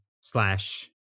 slash